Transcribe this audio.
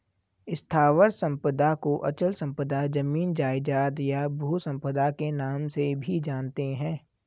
स्थावर संपदा को अचल संपदा, जमीन जायजाद, या भू संपदा के नाम से भी जानते हैं